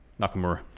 Nakamura